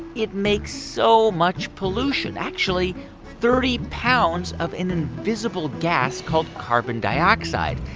it makes so much pollution actually thirty pounds of an invisible gas called carbon dioxide.